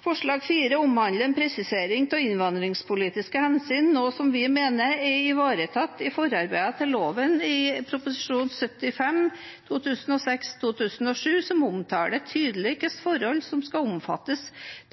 Forslag nr. 4 omhandler en presisering av innvandringspolitiske hensyn, noe vi mener er ivaretatt i forarbeidene til loven i Prop. 75 for 2006–2007, som omtaler tydelig hvilke forhold som skal omfattes